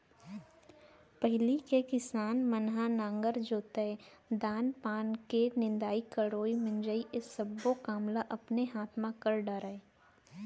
पहिली के किसान मन ह नांगर जोतय, धान पान के निंदई कोड़ई, मिंजई ये सब्बो काम ल अपने हाथ म कर डरय